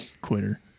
Quitter